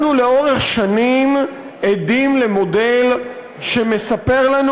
אנחנו לאורך שנים עדים למודל שמספר לנו